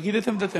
להגיד את עמדתנו,